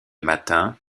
matin